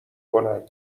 کنن